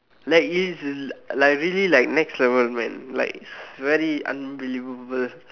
that is the like like really like next level man like really unbelievable